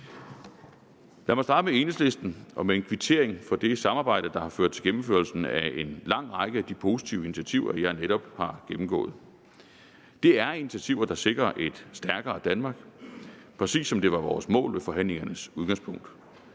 Lad mig starte med Enhedslisten og med en kvittering for det samarbejde, der har ført til gennemførelsen af en lang række af de positive initiativer, jeg netop har gennemgået. Det er initiativer, der sikrer et stærkere Danmark, præcis som det var vores mål ved forhandlingernes udgangspunkt.